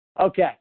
Okay